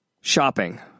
shopping